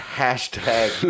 hashtag